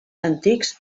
antics